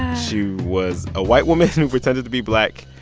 she was a white woman who pretended to be black,